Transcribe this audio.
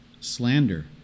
slander